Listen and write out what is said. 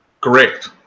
Correct